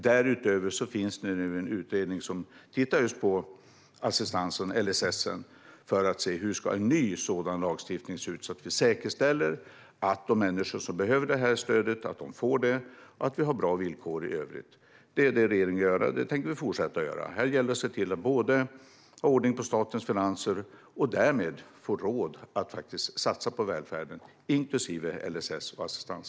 Därutöver finns det nu en utredning som tittar på LSS för att se hur en ny lagstiftning ska se ut, så att vi säkerställer att de människor som behöver stöd får det och att vi har bra villkor i övrigt. Det är det regeringen gör. Vi tänker fortsätta att göra det. Här gäller det att se till att ha ordning på statens finanser och därmed få råd att satsa på välfärden, inklusive LSS och assistans.